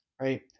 Right